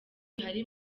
bihari